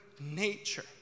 nature